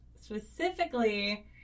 specifically